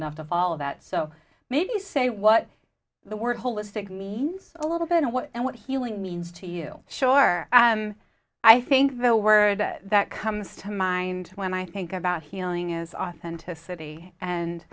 enough of all of that so maybe you say what the word holistic me a little bit of what and what healing means to you sure i think the word that comes to mind when i think about healing is authenticity and